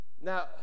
Now